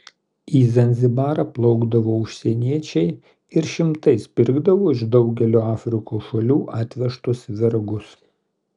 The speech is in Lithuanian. į zanzibarą plaukdavo užsieniečiai ir šimtais pirkdavo iš daugelio afrikos šalių atvežtus vergus